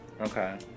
Okay